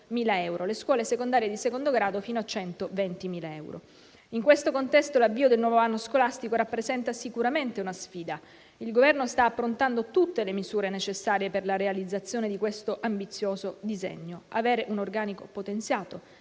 euro e le scuole secondarie di secondo grado fino a 120.000 euro. In questo contesto l'avvio del nuovo anno scolastico rappresenta sicuramente una sfida. Il Governo sta affrontando tutte le misure necessarie per la realizzazione di un ambizioso disegno: avere un organico potenziato,